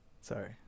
Sorry